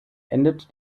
endet